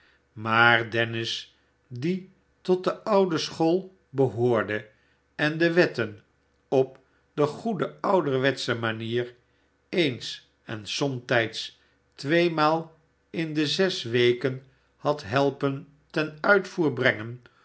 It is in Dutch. maar dennis die tot de oude school behoorde en de wetten op de goede ouderwetsche manier eens en somtijds tweemaal in de zes weken had helpen ten uitvoer brengen